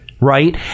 right